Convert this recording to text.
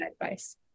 advice